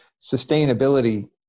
sustainability